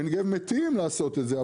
עין גב מתים לעשות את זה,